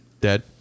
Dead